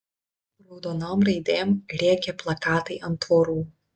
raudonom raidėm rėkė plakatai ant tvorų